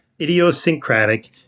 idiosyncratic